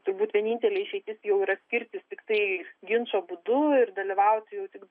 turbūt vienintelė išeitis jau yra skirtis tiktai ginčo būdu ir dalyvauti jau tik